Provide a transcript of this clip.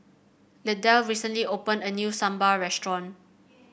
Lydell recently opened a new Sambar Restaurant